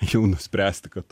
jau nuspręsti kad